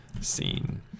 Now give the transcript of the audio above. scene